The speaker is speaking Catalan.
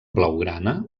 blaugrana